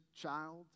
child